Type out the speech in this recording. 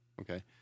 Okay